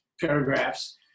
paragraphs